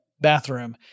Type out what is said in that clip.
bathroom